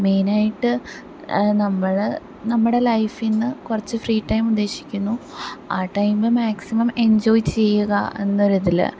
മെയിനായിട്ട് നമ്മള് നമ്മുടെ ലൈഫിൽ നിന്ന് കുറച്ച് ഫ്രീ ടൈം ഉദ്ധേശിക്കുന്നു ആ ടൈമ് മാക്സിമം എൻജോയ് ചെയ്യുക എന്ന ഒരിതിൽ